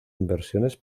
inversiones